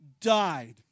died